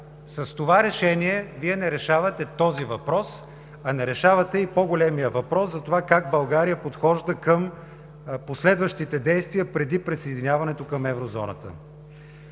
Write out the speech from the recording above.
С това решение Вие не решавате този въпрос, а не решавате и по-големия въпрос за това как България подхожда към последващите действия преди присъединяването към Еврозоната.